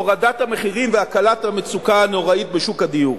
הורדת המחירים והקלת המצוקה הנוראה בשוק הדיור.